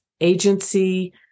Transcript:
agency